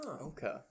okay